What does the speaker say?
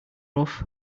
rough